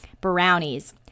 brownies